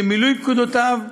למילוי פקודותיו,